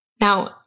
Now